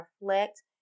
reflect